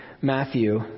Matthew